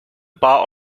bar